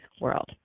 World